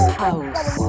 house